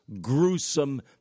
gruesome